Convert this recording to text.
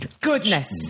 goodness